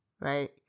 Right